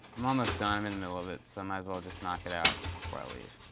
i'm almost done. i'm in the middle of it, so might as well just knock it out before i leave.